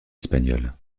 espagnole